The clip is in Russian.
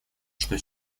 что